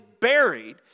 buried